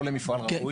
לא למפעל ראוי,